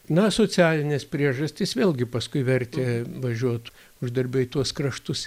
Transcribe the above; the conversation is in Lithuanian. na socialinės priežastys vėlgi paskui vertė važiuot uždarbio į tuos kraštus